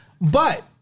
But-